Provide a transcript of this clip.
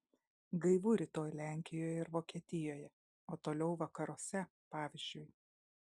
gaivu rytoj lenkijoje ir vokietijoje o toliau vakaruose pavyzdžiui